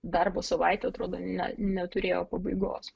darbo savaitė atrodo ne neturėjo pabaigos